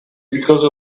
because